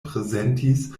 prezentis